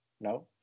No